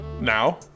Now